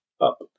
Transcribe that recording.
up